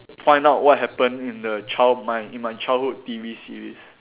find out what happened in the child my in my childhood T_V series